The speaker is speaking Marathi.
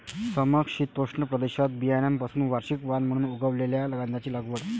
समशीतोष्ण प्रदेशात बियाण्यांपासून वार्षिक वाण म्हणून उगवलेल्या गांजाची लागवड